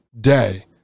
day